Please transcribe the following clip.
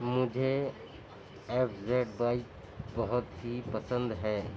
مجھے F Z bike بہت ہی پسند ہے